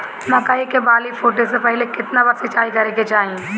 मकई के बाली फूटे से पहिले केतना बार सिंचाई करे के चाही?